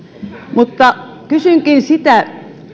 mutta kysynkin